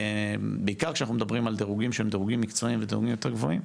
בעיקר כשאנחנו מדברים על דירוגים שהם מקצועיים ודירוגים יותר גבוהים,